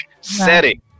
setting